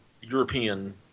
European